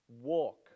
walk